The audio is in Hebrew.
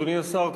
אדוני השר,